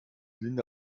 linda